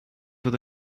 with